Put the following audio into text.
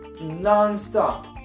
non-stop